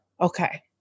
Okay